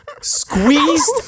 Squeezed